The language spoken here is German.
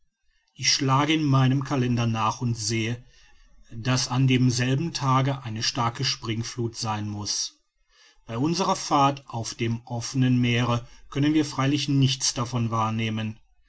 ich schlage in meinem kalender nach und sehe daß an demselben tage eine starke springfluth sein muß bei unserer fahrt auf dem offenen meere können wir freilich nichts davon wahrnehmen